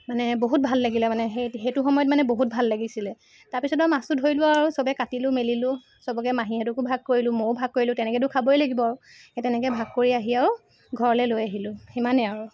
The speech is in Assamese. মানে বহুত ভাল লাগিলে মানে সেই সেইটো সময়ত মানে বহুত ভাল লাগিছিলে তাৰপিছত আৰু মাছটো ধৰিলো আৰু চবে কাটিলো মেলিলো চবকে মাহীহতঁকো ভাগ কৰিলো মইও ভাগ কৰিলো তেনেকৈতো খাবই লাগিব সেই তেনেকৈ ভাগ কৰি আহি আৰু ঘৰলৈ লৈ আহিলো সিমানেই আৰু